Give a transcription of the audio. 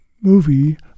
movie